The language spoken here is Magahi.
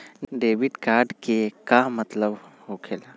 डेबिट कार्ड के का मतलब होकेला?